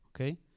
Okay